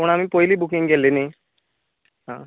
पूण आमी पयलीं बुकींग केल्ली न्ही आं